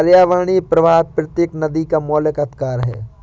पर्यावरणीय प्रवाह प्रत्येक नदी का मौलिक अधिकार है